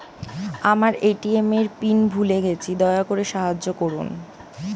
আমার এ.টি.এম এর পিন ভুলে গেছি, দয়া করে সাহায্য করুন